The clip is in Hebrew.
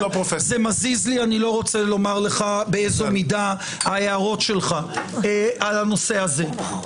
זה מזיז לי לא רוצה לומר לך באיזו מידה ההערות שלך בנושא הזה.